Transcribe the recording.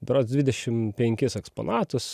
berods dvidešim penkis eksponatus